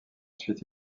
suite